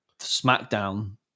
SmackDown